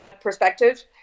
perspective